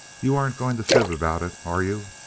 you aren't going to fib about it, are you?